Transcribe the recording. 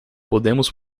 podemos